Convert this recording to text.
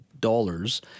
Dollars